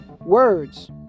words